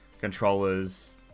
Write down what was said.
controllers